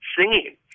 singing